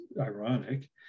ironic